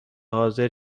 حاضر